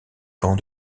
camps